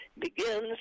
Begins